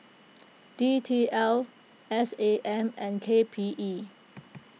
D T L S A M and K P E